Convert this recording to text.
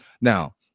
Now